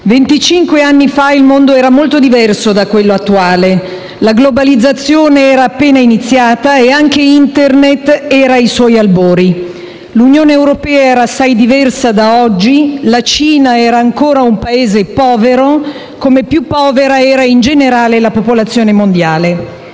anni fa il mondo era molto diverso da quello attuale: la globalizzazione era appena iniziata e anche Internet era ai suoi albori, l'Unione europea era assai diversa da oggi, la Cina era ancora un Paese povero, come più povera era in generale la popolazione mondiale.